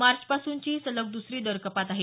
मार्चपासूनची ही सलग दुसरी दर कपात आहे